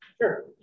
Sure